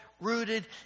rooted